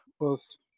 first